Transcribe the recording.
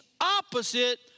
opposite